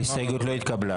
ההסתייגות לא התקבלה.